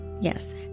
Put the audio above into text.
yes